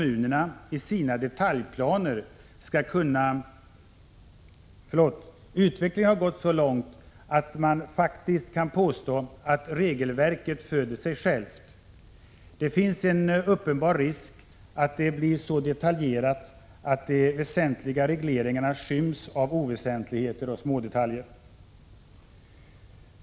Utvecklingen har gått så långt att man faktiskt kan påstå att regelverket föder sig självt. Det finns en uppenbar risk att det blir så detaljerat att de väsentliga regleringarna skyms av oväsentligheter och smådetaljer.